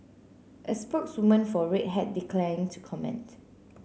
a spokeswoman for Red Hat declined to comment